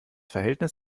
verhältnis